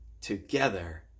together